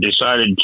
decided